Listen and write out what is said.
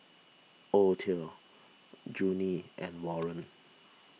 Othel Junie and Warren